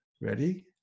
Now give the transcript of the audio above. Ready